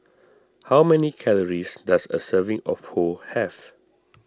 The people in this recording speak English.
how many calories does a serving of Pho have